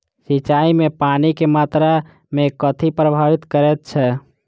सिंचाई मे पानि केँ मात्रा केँ कथी प्रभावित करैत छै?